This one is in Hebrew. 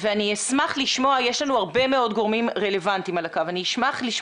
יש לנו הרבה מאוד גורמים רלבנטיים בזום,